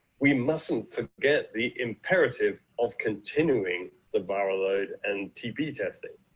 we mustn't forget the imperative of continuing the viral load and tb testing.